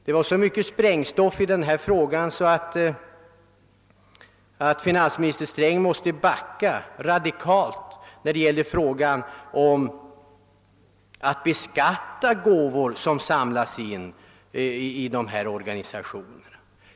Det fanns så mycket sprängstoff i denna fråga att finansminister Sträng måste backa när det gällde förslaget om beskattning av gåvor som insamlas till de aktuella organisationerna.